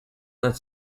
that